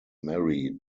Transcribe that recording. mary